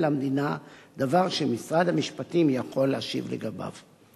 המדינה דבר שמשרד המשפטים יכול להשיב לגביו.